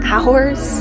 Hours